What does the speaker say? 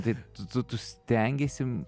tai tu tu tu stengiesi